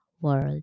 world